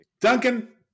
Duncan